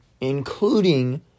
including